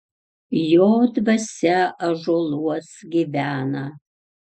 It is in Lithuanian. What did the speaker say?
jo dvasia ąžuoluos gyvena